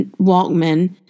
Walkman